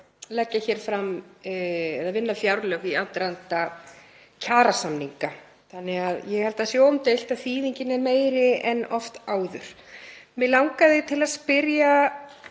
og við erum að vinna fjárlög í aðdraganda kjarasamninga þannig að ég held að það sé óumdeilt að þýðingin sé meiri en oft áður. Mig langaði til að spyrja